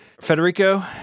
Federico